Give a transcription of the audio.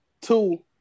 Two